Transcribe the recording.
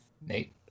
Nate